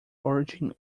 origin